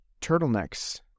turtlenecks